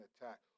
attack